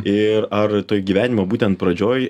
ir ar toj gyvenimo būtent pradžioj